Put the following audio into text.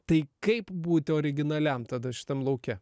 tai kaip būti originaliam tada šitam lauke